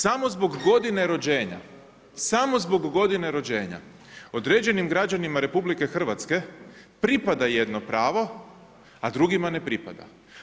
Samo zbog godine rođenja, samo zbog godine rođenja određenim građanima RH pripada jedno pravo a drugima ne pripada.